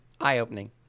eye-opening